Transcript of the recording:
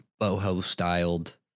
boho-styled